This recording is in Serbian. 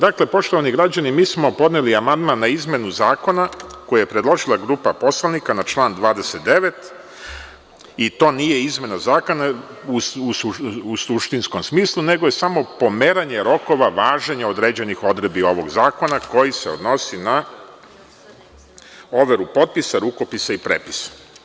Dakle, poštovani građani mi smo podneli amandman na izmenu zakona koju je predložila grupa poslanika na član 29. i to nije izmena zakona u suštinskom smislu, nego je samo pomeranje rokova važenja određenih odredbi ovog zakona koji se odnosi na overu potpisa, rukopisa i prepisa.